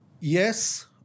Yes